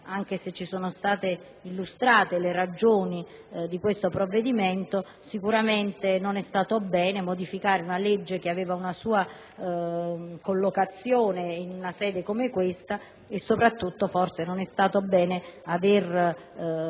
anche se ci sono state illustrate le ragioni del provvedimento. Sicuramente non è stato bene modificare una legge, che aveva una propria collocazione, in una sede come questa e, soprattutto, forse non è stato bene aver abrogato